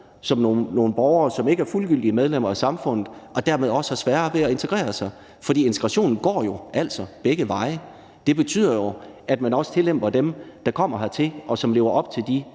som nogle borgere, som ikke er fuldgyldige medlemmer af samfundet, og som dermed også har sværere ved at integrere sig. For integrationen går jo altså begge veje. Det betyder jo, at man også laver tillempninger i forhold til dem, der kommer hertil, og som lever op til de